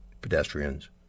pedestrians